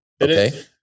Okay